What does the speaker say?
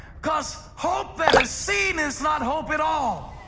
because hope that is seen is not hope at all.